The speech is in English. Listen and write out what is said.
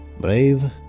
brave